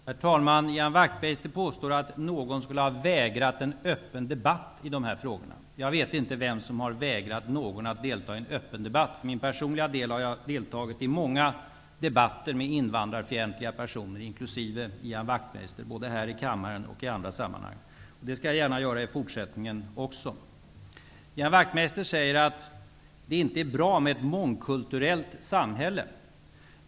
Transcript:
Herr talman! Ian Wachtmeister påstår att någon skulle ha vägrat en öppen debatt i de här frågorna. Jag vet inte vem som har vägrat någon att delta i en öppen debatt. För min personliga del har jag deltagit i många debatter med invandrarfientliga personer, inkl. Ian Wachtmeister, både här i kammaren och i andra sammanhang. Det skall jag gärna göra i fortsättningen också. Ian Wachtmeister säger att det inte är bra med ett mångkulturellt samhälle.